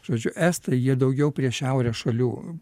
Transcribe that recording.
žodžiu estai jie daugiau prie šiaurės šalių